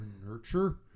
nurture